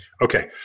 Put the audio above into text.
Okay